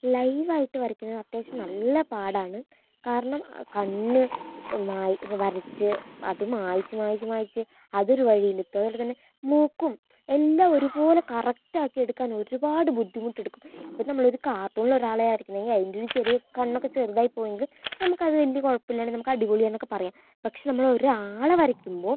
ലൈവായിട്ട് വരയ്ക്കുന്നത് അത്യാവശ്യം നല്ല പാടാണ് കാരണം ആ കണ്ണ് മായ് വരച്ച് അത് മായ്ച്ച് മായ്ച്ച് മായ്ച്ച് അതൊരു വഴിയിലെത്തും അതുപോലെത്തന്നെ മൂക്കും എല്ലാം ഒരുപോലെ കറക്റ്റാക്കി എടുക്കാനൊരുപാട് ബുദ്ധിമുട്ടെടുക്കും ഇപ്പം നമ്മളൊരു കാർട്ടൂണിലൊരാളെ വരയ്ക്കുകയാണെങ്കിൽ അതിന്റെയൊരു ചെറിയ കണ്ണൊക്കെ ചെറുതായിപ്പോയെങ്കിൽ നമുക്കത് വല്യ കുഴപ്പമില്ലാണ്ട് നമുക്കടിപൊളി എന്നൊക്കെ പറയാം പക്ഷെ നമ്മളൊരാളെ വരയ്ക്കുമ്പോൾ